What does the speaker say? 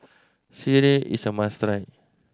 sireh is a must try